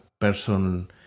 person